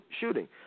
shooting